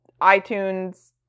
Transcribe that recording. iTunes